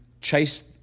chase